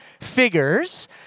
Figures